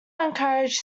encouraged